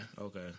Okay